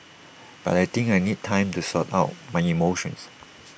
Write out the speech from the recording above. but I think I need time to sort out my emotions